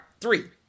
three